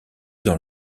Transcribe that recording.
dans